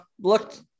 looked